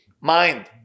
mind